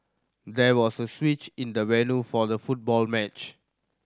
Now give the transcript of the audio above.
there was a switch in the venue for the football match